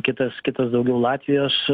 kitas kitas daugiau latvijos